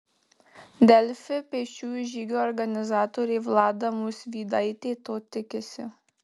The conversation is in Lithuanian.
delfi pėsčiųjų žygio organizatorė vlada musvydaitė to tikisi